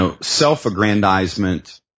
self-aggrandizement